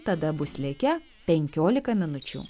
tada bus likę penkiolika minučių